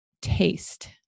taste